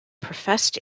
professed